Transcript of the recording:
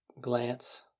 glance